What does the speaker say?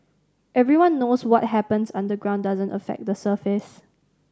everyone knows what happens underground doesn't affect the surface